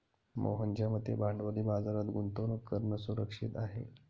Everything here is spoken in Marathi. मोहनच्या मते भांडवली बाजारात गुंतवणूक करणं सुरक्षित आहे